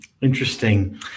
Interesting